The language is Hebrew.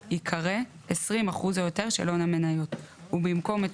ייקרא "20% או יותר של הון המניות" ובמקום "את